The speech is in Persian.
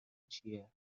چیه